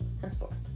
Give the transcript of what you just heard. Henceforth